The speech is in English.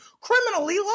criminally